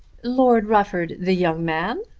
lord rufford the young man?